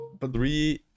three